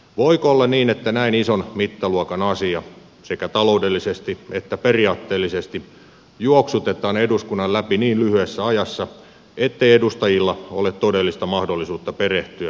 voiko olla niin että näin ison mittaluokan asia sekä taloudellisesti että periaatteellisesti juoksutetaan eduskunnan läpi niin lyhyessä ajassa ettei edustajilla ole todellista mahdollisuutta perehtyä päätettäviin asioihin